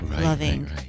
loving